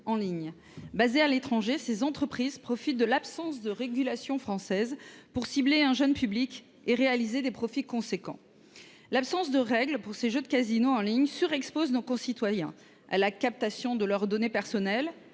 en ligne. Basées à l’étranger, ces entreprises profitent de l’absence de régulation française pour cibler un jeune public et réaliser des profits importants. L’absence de règles applicables à ces jeux de casino en ligne surexpose nos concitoyens à la captation de leurs données personnelles,